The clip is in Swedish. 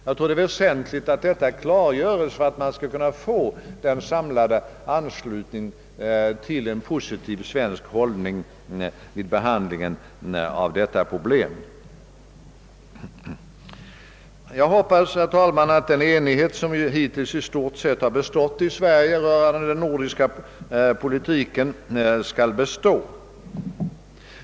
Jag tror att det är väsentligt att detta klargöres för att man skall kunna få en samlad anslutning till en positiv svensk hållning vid behandlingen av detta problem. Jag hoppas, herr talman, att den enighet som hittills i stort sett rått i Sverige rörande den nordiska politiken skall bestå.